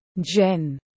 Jen